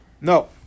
No